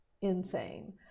insane